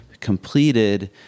completed